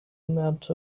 amount